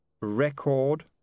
record